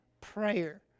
prayer